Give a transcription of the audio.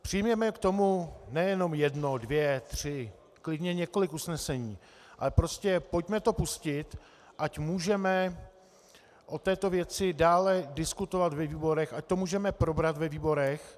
Přijměme k tomu ne jenom jedno, dvě, tři, klidně několik usnesení, ale prostě pojďme to pustit, ať můžeme o této věci dále diskutovat ve výborech, ať to můžeme probrat ve výborech.